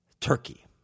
Turkey